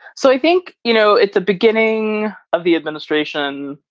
so i think, you know, at the beginning of the administration,